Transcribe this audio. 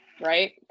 right